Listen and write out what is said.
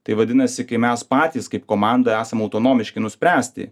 tai vadinasi kai mes patys kaip komanda esam autonomiški nuspręsti